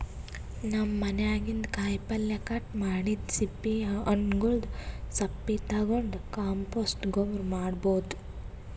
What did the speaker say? ನಮ್ ಮನ್ಯಾಗಿನ್ದ್ ಕಾಯಿಪಲ್ಯ ಕಟ್ ಮಾಡಿದ್ದ್ ಸಿಪ್ಪಿ ಹಣ್ಣ್ಗೊಲ್ದ್ ಸಪ್ಪಿ ತಗೊಂಡ್ ಕಾಂಪೋಸ್ಟ್ ಗೊಬ್ಬರ್ ಮಾಡ್ಭೌದು